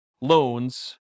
loans